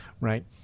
Right